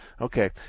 Okay